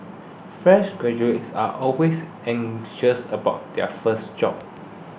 fresh graduates are always anxious about their first job